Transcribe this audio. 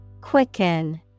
Quicken